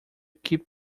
keep